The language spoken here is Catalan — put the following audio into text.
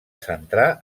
centrar